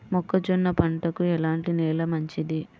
మొక్క జొన్న పంటకు ఎలాంటి నేల మంచిది?